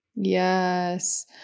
Yes